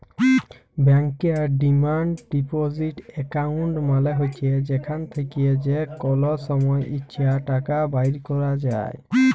ব্যাংকের demand deposit account মালে হছে যেখাল থ্যাকে যে কল সময় ইছে টাকা বাইর ক্যরা যায়